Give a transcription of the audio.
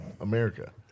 America